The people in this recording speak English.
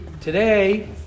Today